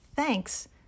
Thanks